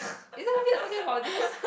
it's damn weird we are talking about this